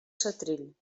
setrill